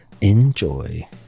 Enjoy